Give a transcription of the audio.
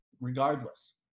regardless